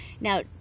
Now